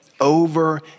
over